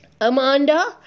Amanda